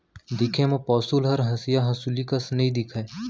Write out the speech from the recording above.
दिखे म पौंसुल हर हँसिया हँसुली कस नइ दिखय